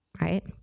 right